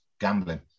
gambling